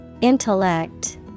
Intellect